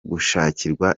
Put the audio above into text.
gushakirwa